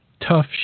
Tough